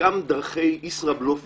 חלקן דרכי ישראבלוף והתחכמות,